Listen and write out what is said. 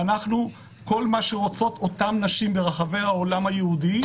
כל מה שרוצות אותן נשים ברחבי העולם היהודי,